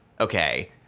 Okay